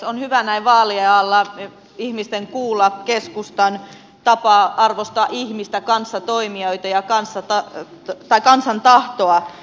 on hyvä näin vaalien alla ihmisten kuulla keskustan tapaa arvostaa ihmistä kanssatoimijoita ja kansan tahtoa